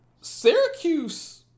Syracuse